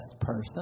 person